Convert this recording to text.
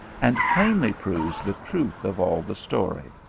and plainly proves the truth of all the story.